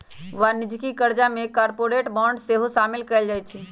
वाणिज्यिक करजा में कॉरपोरेट बॉन्ड सेहो सामिल कएल जाइ छइ